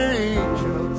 angels